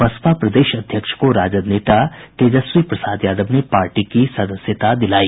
बसपा प्रदेश अध्यक्ष को राजद नेता तेजस्वी प्रसाद यादव ने पार्टी की सदस्यता दिलाई